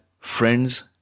friends